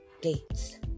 dates